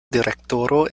direktoro